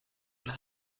and